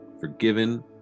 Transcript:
forgiven